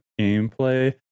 gameplay